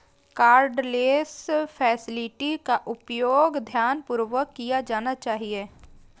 cardless facility का उपयोग ध्यानपूर्वक किया जाना चाहिए